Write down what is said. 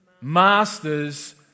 master's